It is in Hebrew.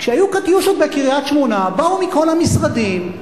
כשהיו "קטיושות" בקריית-שמונה באו מכל המשרדים,